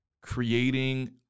creating